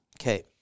Okay